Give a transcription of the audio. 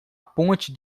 ponte